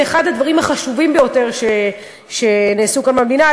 זה אחד הדברים החשובים ביותר שנעשו כאן במדינה.